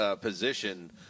position